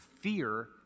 fear